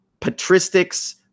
patristics